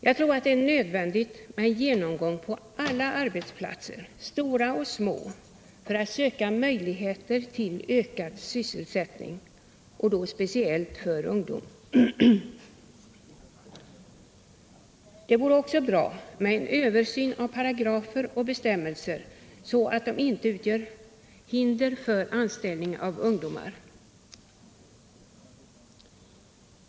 Jag tror att det är nödvändigt med en genomgång av alla arbetsplatser, stora och små, för att söka möjligheter till ökad sysselsättning, och då speciellt för ungdom. Det vore också bra med en översyn av paragrafer och bestämmelser så att de inte utgör hinder för anställning av ungdomar.